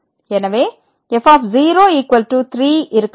எனவே f0 3 இருக்க வேண்டும்